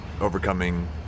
overcoming